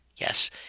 Yes